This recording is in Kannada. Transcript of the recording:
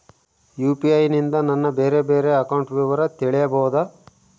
ಯು.ಪಿ.ಐ ನಿಂದ ನನ್ನ ಬೇರೆ ಬೇರೆ ಬ್ಯಾಂಕ್ ಅಕೌಂಟ್ ವಿವರ ತಿಳೇಬೋದ?